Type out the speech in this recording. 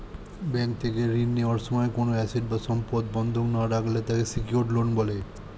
bank থেকে ঋণ নেওয়ার সময় কোনো অ্যাসেট বা সম্পদ বন্ধক না রাখলে তাকে সিকিউরড লোন বলে